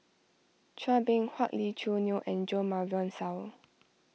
Chua Beng Huat Lee Choo Neo and Jo Marion Seow